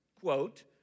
quote